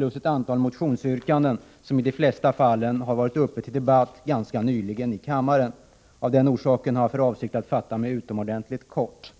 och ett antal motionsyrkanden som ställs, och av dessa har de flesta nyligen varit uppe till debatt i kammaren. Av den anledningen har jag för avsikt att fatta mig utomordentligt kort.